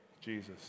Jesus